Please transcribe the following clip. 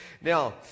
Now